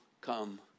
come